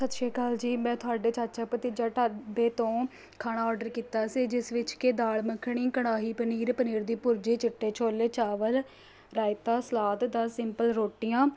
ਸਤਿ ਸ਼੍ਰੀ ਅਕਾਲ ਜੀ ਮੈਂ ਤੁਹਾਡੇ ਚਾਚਾ ਭਤੀਜਾ ਢਾਬੇ ਤੋਂ ਖਾਣਾ ਔਡਰ ਕੀਤਾ ਸੀ ਜਿਸ ਵਿੱਚ ਕਿ ਦਾਲ ਮੱਖਣੀ ਕੜਾਹੀ ਪਨੀਰ ਪਨੀਰ ਦੀ ਭੁਰਜੀ ਚਿੱਟੇ ਛੋਲੇ ਚਾਵਲ ਰਾਇਤਾ ਸਲਾਦ ਦਸ ਸਿੰਪਲ ਰੋਟੀਆਂ